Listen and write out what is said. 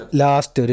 last